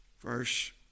verse